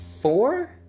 four